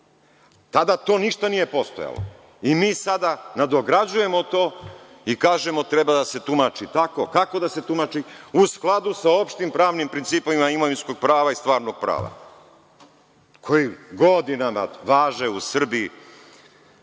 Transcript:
tada to ništa nije postojalo. Mi sada nadograđujemo to i kažemo treba da se tumači tako, kako da se tumači uz skladu sa opštim pravnim principom imovinskog prava i stvarnog prava koji godinama važe u Srbiji. Kaže,